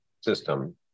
system